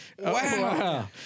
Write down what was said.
Wow